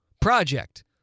project